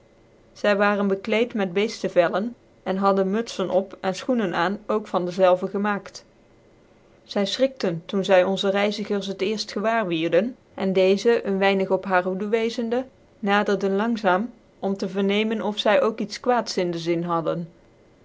zy waren bekleed met bceftevellcn en hadden mutzen op en schoenen aan ook van dezelve gemaakt zy fchrikten doen y onze reizigers het cerft gewaar wierdffflj en decze een weinig op haar hoede wezende naderde langzaam om te vernemen of zy ook icrs quaads in de zin hadden